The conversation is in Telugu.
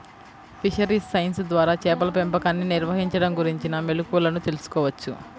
ఫిషరీస్ సైన్స్ ద్వారా చేపల పెంపకాన్ని నిర్వహించడం గురించిన మెళుకువలను తెల్సుకోవచ్చు